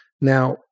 Now